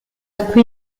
qui